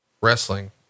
wrestling